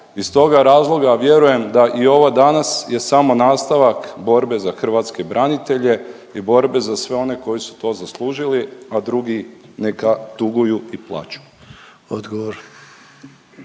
Iz toga razloga vjerujem da i ovo danas je samo nastavak borbe za hrvatske branitelje i borbe za sve one koji su to zaslužili, a drugi neka tuguju i plaću.